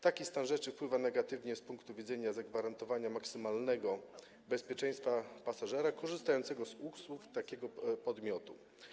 Taki stan rzeczy wpływa negatywnie na zagwarantowanie maksymalnego bezpieczeństwa pasażera korzystającego z usług takiego podmiotu.